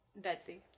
Betsy